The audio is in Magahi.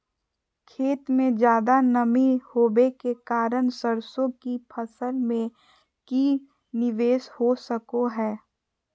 खेत में ज्यादा नमी होबे के कारण सरसों की फसल में की निवेस हो सको हय?